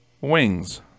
Wings